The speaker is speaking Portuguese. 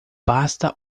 basta